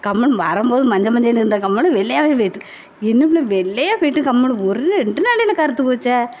கம்மல் வரும்போது மஞ்சள் மஞ்சள்னு இருந்த கம்மல் வெள்ளையாகவே போய்விட்டு என்னப் பிள்ள வெள்ளையாக போய்விட்டு கம்மல் ஒரு ரெண்டு நாளையில் கறுத்து போச்சே